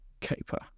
Caper